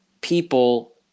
people